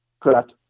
Correct